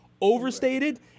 overstated